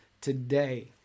today